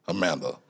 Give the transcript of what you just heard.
Amanda